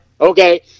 Okay